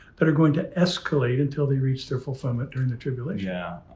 that are going to escalate until they reach their fulfillment during the tribulation. yeah,